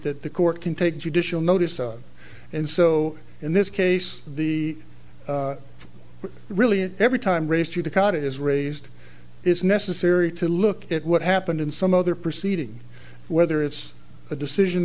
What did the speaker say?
that the court can take judicial notice of and so in this case the really every time race due to cot is raised it's necessary to look at what happened in some other proceeding whether it's the decision